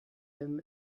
him